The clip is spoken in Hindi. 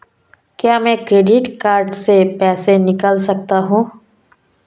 क्या मैं क्रेडिट कार्ड से पैसे निकाल सकता हूँ?